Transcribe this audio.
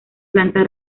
planta